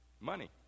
Money